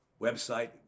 website